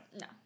No